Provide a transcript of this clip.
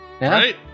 Right